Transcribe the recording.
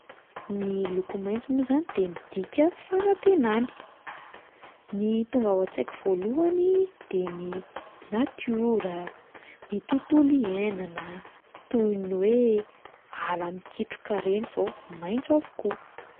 Ny loko maitso moa izany de midina fanantenana, ny tonga ao an-tsaiko voalohany de ny natiora, ny tontolo iainana toy ny hoe ala mikitroka ireny izao maitso avokoa.